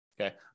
Okay